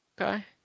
Okay